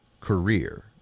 career